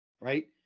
right